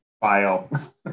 file